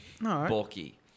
bulky